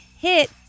hit